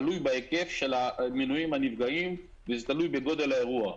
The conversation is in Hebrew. זה תלוי בהיקף של המנויים הנפגעים וזה תלוי בגודל האירוע.